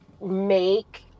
make